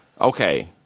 okay